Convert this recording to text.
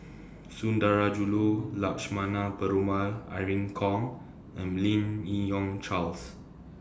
Sundarajulu Lakshmana Perumal Irene Khong and Lim Yi Yong Charles